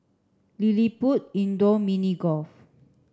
LilliPutt Indoor Mini Golf